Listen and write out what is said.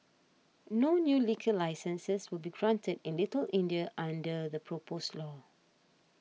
no new liquor licences will be granted in Little India under the proposed law